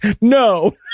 no